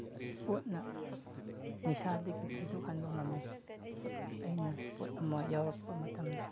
ꯏꯁꯄꯣꯔꯠꯅ ꯅꯤꯁꯥꯗꯒꯤ ꯊꯩꯗꯣꯛꯍꯟꯕ ꯉꯝꯏ ꯑꯩꯅ ꯏꯁꯄꯣꯔꯠ ꯑꯃ ꯌꯥꯎꯔꯛꯄ ꯃꯇꯝꯗ